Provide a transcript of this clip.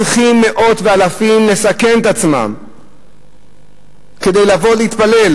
מדוע צריכים מאות ואלפים לסכן את עצמם כדי לבוא ולהתפלל?